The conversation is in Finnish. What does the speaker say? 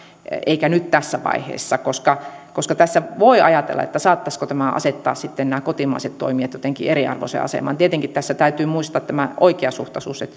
eikä nyt tässä vaiheessa koska koska tässä voi ajatella että saattaisiko tämä asettaa sitten nämä kotimaiset toimijat jotenkin eriarvoiseen asemaan tietenkin tässä täytyy muistaa tämä oikeasuhtaisuus